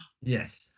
yes